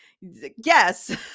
Yes